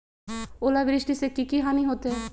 ओलावृष्टि से की की हानि होतै?